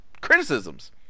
criticisms